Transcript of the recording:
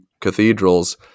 cathedrals